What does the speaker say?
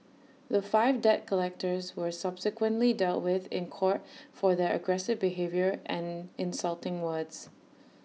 the five debt collectors were subsequently dealt with in court for their aggressive behaviour and insulting words